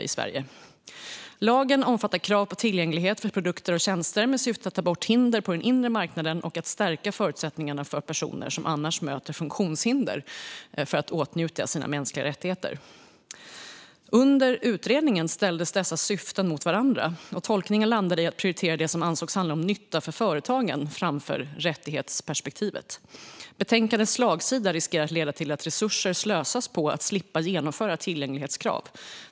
Man skriver vidare: Lagen omfattar krav på tillgänglighet för produkter och tjänster med syftet att ta bort hinder på den inre marknaden och att stärka förutsättningarna för personer som annars möter funktionshinder att åtnjuta sina mänskliga rättigheter. Under utredningen ställdes dessa syften mot varandra, och tolkningen landade i att prioritera det som ansågs handla om nytta för företagen framför rättighetsperspektivet. Betänkandets slagsida riskerar att leda till att resurser slösas på att slippa genomföra tillgänglighetskrav.